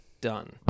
Done